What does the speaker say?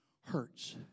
hurts